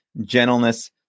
gentleness